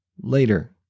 later